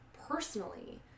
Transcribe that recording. personally